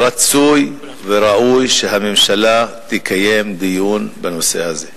רצוי וראוי שהממשלה תקיים דיון בנושא הזה,